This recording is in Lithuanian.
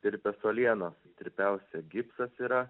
tirpios uolienos tirpiausia gipsas yra